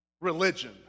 Religion